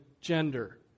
gender